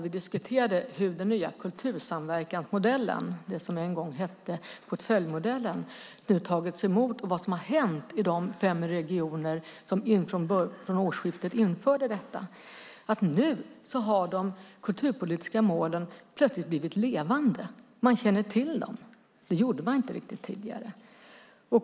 Vi diskuterade då hur den nya kultursamverkansmodellen, det som en gång hette portföljmodellen, tagits emot och vad som hänt i de fem regioner som från årsskiftet införde detta. Nu har de kulturpolitiska målen plötsligt blivit levande. Man känner till dem. Det gjorde man inte riktigt tidigare.